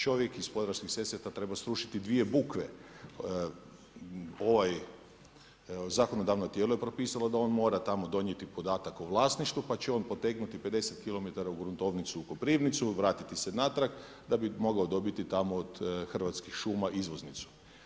Čovjek iz Podravskih Sesveta treba srušiti dvije bukve, ovo zakonodavno tijelo je propisalo da on mora tamo donijeti podatak o vlasništvu, pa će on potegnuti 50 km u gruntovnicu u Koprivnicu, vratiti se natrag da bi mogao dobiti tamo od Hrvatskih šuma izvoznicu.